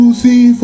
see